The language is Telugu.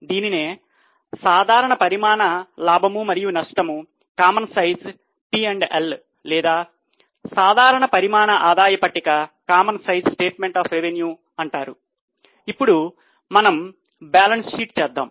దీనినే సాధారణ పరిమాణం లాభము మరియు నష్టము చేద్దాం